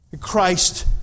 Christ